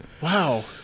Wow